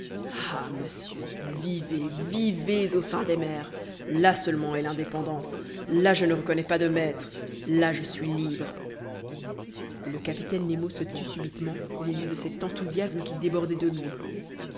ah monsieur vivez vivez au sein des mers là seulement est l'indépendance là je ne reconnais pas de maîtres là je suis libre le capitaine nemo se tut subitement au milieu de cet enthousiasme qui débordait de lui